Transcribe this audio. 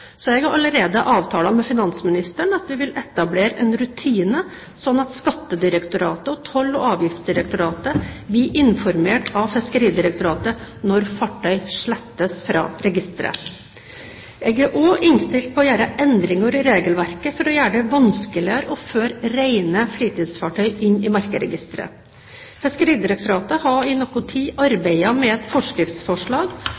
Jeg har allerede avtalt med finansministeren at vi vil etablere en rutine på at Skattedirektoratet og Toll- og avgiftsdirektoratet blir informert av Fiskeridirektoratet når fartøy slettes fra registeret. Jeg er også innstilt på å gjøre endringer i regelverket for å gjøre det vanskeligere å føre rene fritidsfartøy inn i merkeregisteret. Fiskeridirektoratet har i noen tid